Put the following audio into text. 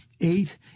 eight